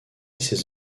ses